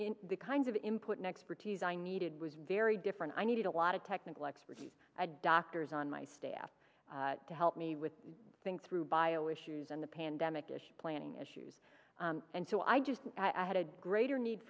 of the kinds of important expertise i needed was very different i needed a lot of technical expertise a doctors on my staff to help me with think through bio issues and the pandemic planning issues and so i just i had a greater need